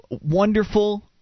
wonderful